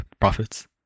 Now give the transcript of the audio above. profits